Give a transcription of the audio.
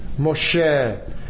Moshe